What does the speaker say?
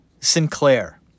Sinclair